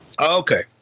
Okay